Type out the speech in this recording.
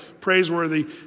praiseworthy